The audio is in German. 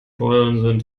bullen